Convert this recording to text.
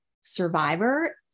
survivor